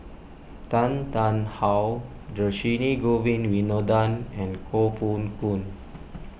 Tan Tarn How Dhershini Govin Winodan and Koh Poh Koon